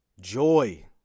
Joy